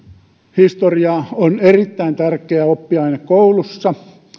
historia on erittäin tärkeä oppiaine koulussa ja